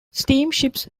steamships